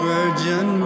Virgin